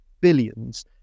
billions